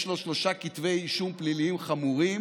לו שלושה כתבי אישום פליליים חמורים,